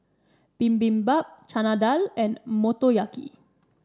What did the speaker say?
Bibimbap Chana Dal and Motoyaki